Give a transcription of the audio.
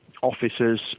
officers